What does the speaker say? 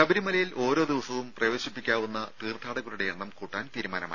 ശബരിമലയിൽ ഓരോ ദിവസവും പ്രവേശിപ്പിക്കാ വുന്ന തീർത്ഥാടകരുടെ എണ്ണം കൂട്ടാൻ തീരുമാനമായി